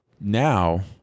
now